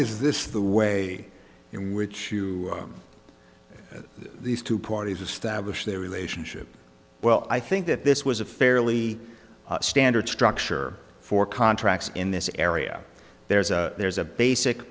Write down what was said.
is this the way in which these two parties establish their relationship well i think that this was a fairly standard structure for contracts in this area there's a there's a basic